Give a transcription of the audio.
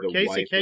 Casey